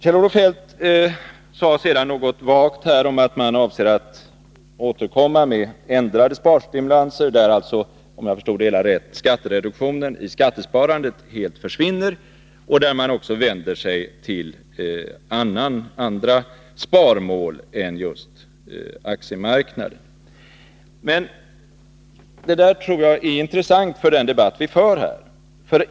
Kjell-Olof Feldt sade sedan något vagt om att man avser att återkomma med ändrade sparstimulanser där alltså — om jag förstod det hela rätt — skattereduktionen i skattesparandet helt försvinner och där man också vänder sig till andra sparmål än just aktiemarknaden. Men det tror jag är intressant med tanke på den debatt som vi för här.